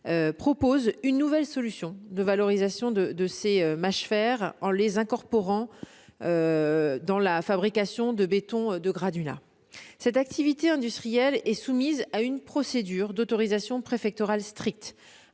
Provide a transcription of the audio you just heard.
propose une nouvelle solution de valorisation de ces mâchefers en les incorporant à la fabrication de béton de granulats. Cette activité industrielle est soumise à une procédure d'autorisation préfectorale stricte.